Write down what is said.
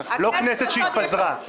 לא כנסת שהתפזרה.